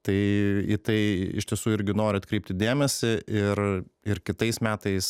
tai į tai iš tiesų irgi noriu atkreipti dėmesį ir ir kitais metais